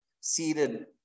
seated